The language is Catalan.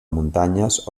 muntanyes